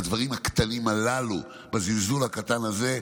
מהדברים הקטנים הללו, מהזלזול הקטן הזה,